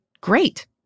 great